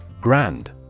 Grand